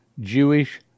Jewish